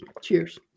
Cheers